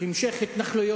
מי שמעדיף המשך התנחלויות